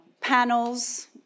panels